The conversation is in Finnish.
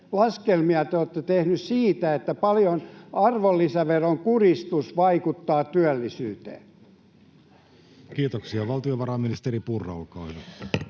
laskelmia te olette tehneet siitä, paljonko arvonlisäveron kuristus vaikuttaa työllisyyteen? Kiitoksia. — Valtiovarainministeri Purra, olkaa